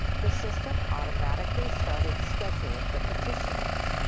the system automatically started scheduling the petitioners.